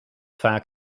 vaak